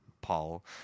Paul